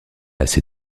assez